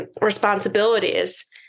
responsibilities